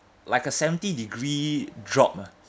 like a seventy degree drop ah